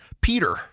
Peter